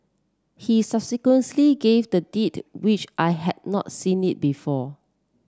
he gave the deed which I had not seen it before